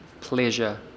pleasure